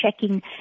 checking